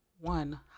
one